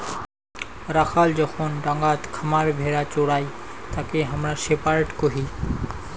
রাখাল যখন ডাঙাত খামার ভেড়া চোরাই তাকে হামরা শেপার্ড কহি